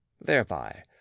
Thereby